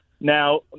Now